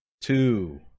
two